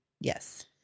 Yes